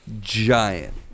Giant